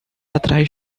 atrás